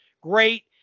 Great